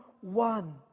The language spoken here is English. one